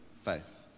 faith